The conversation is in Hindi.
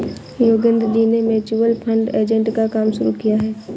योगेंद्र जी ने म्यूचुअल फंड एजेंट का काम शुरू किया है